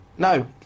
No